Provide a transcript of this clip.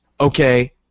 okay